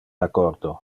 accordo